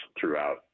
throughout